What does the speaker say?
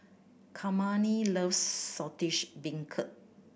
Kymani loves Saltish Beancurd